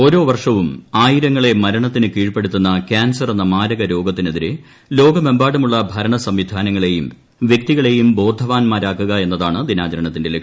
ഓരോ വർഷവും ആയിരങ്ങളെ മരണത്തിന് കീഴ്പ്പെടുത്തുന്ന കാൻസറെന്ന മാരകരോഗത്തിനെതിരെ ലോകമെമ്പാടുമുള്ള ഭരണസംവിധാനങ്ങളേയും വ്യക്തികളേയും ബോധവാന്മാരാക്കുക എന്നതാണ് ദിനാചരണത്തിന്റെ ലക്ഷ്യാം